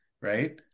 right